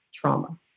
trauma